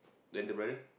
then the brother